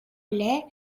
lait